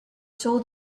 saw